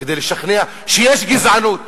כדי לשכנע שיש גזענות,